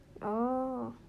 oh